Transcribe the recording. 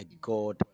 God